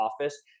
office